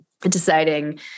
deciding